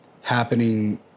happening